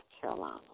Carolina